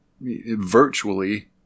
virtually